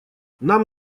нам